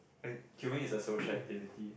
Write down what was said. queueing is a social activity